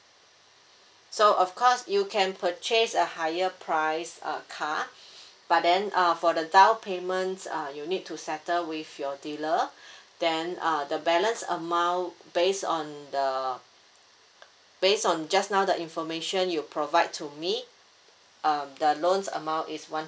so of course you can purchase a higher price a car but then uh for the down payment uh you need to settle with your dealer then uh the balance amount based on the based on just now the information you provide to me um the loans amount is one